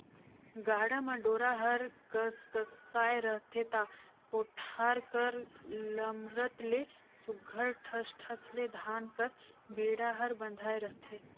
गाड़ा म डोरा हर कसकसाए रहथे ता कोठार कर लमरत ले सुग्घर ठस ठस ले धान कर बीड़ा हर बंधाए रहथे